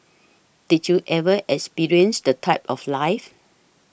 did you ever experience the type of life